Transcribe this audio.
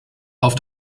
auf